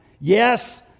Yes